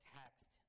text